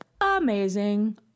amazing